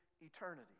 eternity